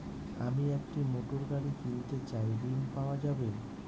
আমি একটি মোটরগাড়ি কিনতে চাই ঝণ পাওয়া যাবে?